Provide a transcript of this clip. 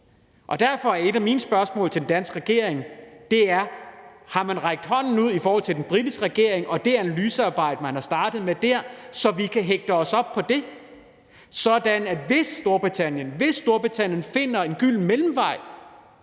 Derfor er et af mine spørgsmål til den danske regering: Har man rakt hånden ud til den britiske regering og det analysearbejde, man har startet på der? Kan vi hægte os på det, og kan vi, hvis Storbritannien finder en gylden mellemvej,